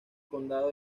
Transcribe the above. condado